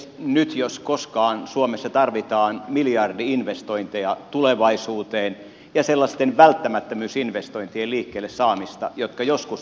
nyt jos koskaan suomessa tarvitaan miljardi investointeja tulevaisuuteen ja sellaisten välttämättömyysinvestointien liikkeelle saamista jotka joskus pitää tehdä